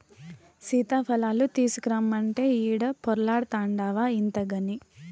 సీతాఫలాలు తీసకరమ్మంటే ఈడ పొర్లాడతాన్డావు ఇంతగని